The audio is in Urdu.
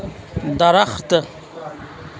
درخت